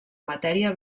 matèria